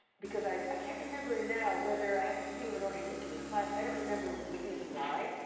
because i i can't remember now whether i had to see him in order to get into his class. i don't remember the reason why.